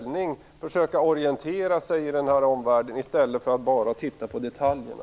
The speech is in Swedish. Hon måste försöka orientera sig i omvärlden i stället för att bara titta på detaljerna.